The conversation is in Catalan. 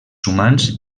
humans